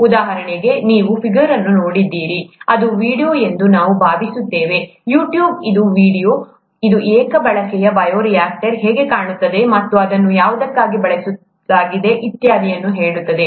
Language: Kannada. ಉದಾಹರಣೆಗೆ ನೀವು ಈ ಫಿಗರ್ ಅನ್ನು ನೋಡಿದರೆ ಇದು ವೀಡಿಯೊ ಎಂದು ನಾನು ಭಾವಿಸುತ್ತೇನೆ ಯೂಟ್ಯೂಬ್ ಇದು ವೀಡಿಯೊ ಇದು ಏಕ ಬಳಕೆಯ ಬಯೋರಿಯಾಕ್ಟರ್ ಹೇಗೆ ಕಾಣುತ್ತದೆ ಮತ್ತು ಅದನ್ನು ಯಾವುದಕ್ಕಾಗಿ ಬಳಸಲಾಗಿದೆ ಇತ್ಯಾದಿ ಅನ್ನು ಹೇಳುತ್ತದೆ